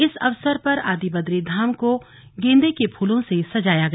इस मौके पर आदिबदरी धाम को गेंदे के फूलों से सजाया गया